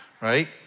right